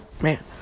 man